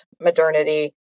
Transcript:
modernity